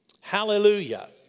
Hallelujah